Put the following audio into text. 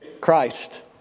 Christ